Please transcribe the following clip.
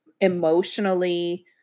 emotionally